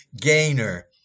gainer